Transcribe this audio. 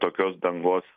tokios dangos